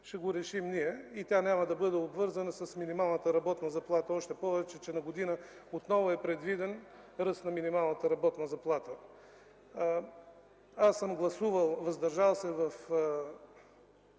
ще го решим ние и тя няма да бъде обвързана с минималната работна заплата. Освен това, на година отново е предвиден ръст на минималната работна заплата. Аз съм гласувал „въздържал се”